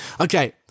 Okay